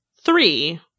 three